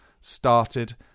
started